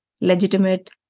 legitimate